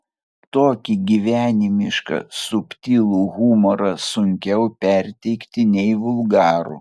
tokį gyvenimišką subtilų humorą sunkiau perteikti nei vulgarų